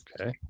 Okay